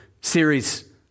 series